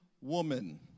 woman